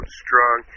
strong